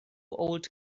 old